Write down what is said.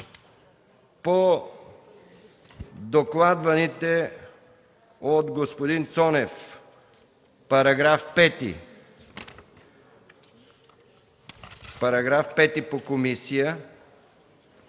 по докладваните от господин Цонев § 5 – по комисия,